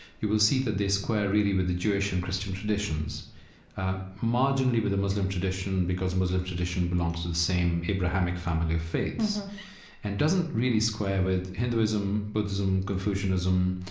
you will see that they square really with the jewish and christian traditions marginally with the muslim tradition because muslim tradition belongs to the same abrahamic family of faiths and doesn't really square with hinduism, buddhism, confucianism,